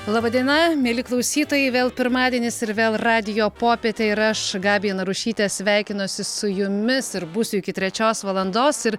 laba diena mieli klausytojai vėl pirmadienis ir vėl radijo popietė ir aš gabija narušytė sveikinuosi su jumis ir būsiu iki trečios valandos ir